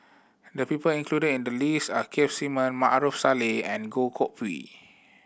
the people included in the list are Keith Simmon Maarof Salleh and Goh Koh Pui